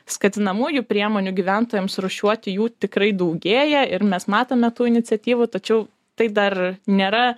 skatinamųjų priemonių gyventojams rūšiuoti jų tikrai daugėja ir mes matome tų iniciatyvų tačiau tai dar nėra